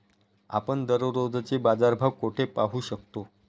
आपण दररोजचे बाजारभाव कोठे पाहू शकतो?